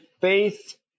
faith